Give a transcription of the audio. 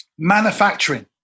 manufacturing